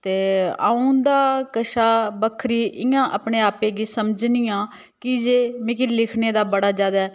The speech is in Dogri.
ते आ'ऊं उं'दे कशा बक्खरी इ'यां अपने आपै गी समझनी आं की जे मिकी लिखने दा बड़ा ज्यादा